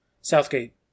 Southgate